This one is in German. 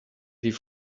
die